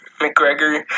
McGregor